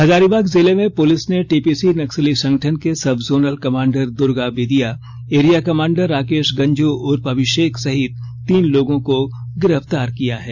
हजारीबाग जिले में पुलिस ने टीपीसी नक्सली संगठन के sub zonal commander Durga Bedia area commander Rakesh Ganjhu उर्फ अभिषेक सहित तीन लोगों को गिरफ्तार किया है